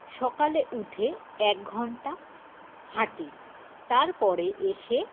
সকালে উঠে এক ঘন্টা হাঁটি তারপরে এসে